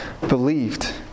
believed